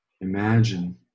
Imagine